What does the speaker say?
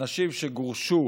אנשים שגורשו